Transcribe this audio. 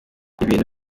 ibintu